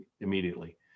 immediately